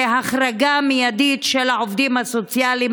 זו החרגה מיידית של העובדים הסוציאליים